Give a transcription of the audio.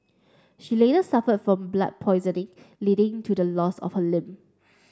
she later suffer from blood poisoning leading to the loss of her limb